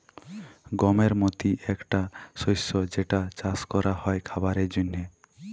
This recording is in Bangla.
গমের মতি একটা শস্য যেটা চাস ক্যরা হ্যয় খাবারের জন্হে